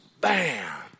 bam